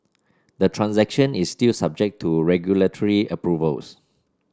the transaction is still subject to regulatory approvals